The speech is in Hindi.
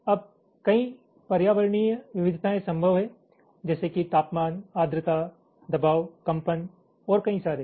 अब कई पर्यावरणीय विविधताएं संभव हैं जैसे कि तापमान आर्द्रता दबाव कंपन और कई सारे